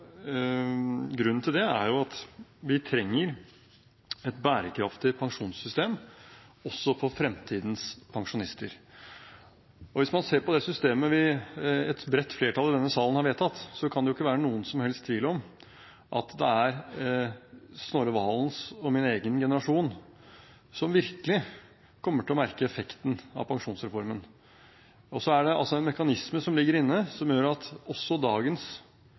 grunnen til det er at vi trenger et bærekraftig pensjonssystem også for fremtidens pensjonister. Hvis man ser på det systemet et bredt flertall i denne salen har vedtatt, kan det ikke være noen som helst tvil om at det er Snorre Serigstad Valens og min egen generasjon som virkelig kommer til å merke effekten av pensjonsreformen. Det ligger en mekanisme inne som gjør at også dagens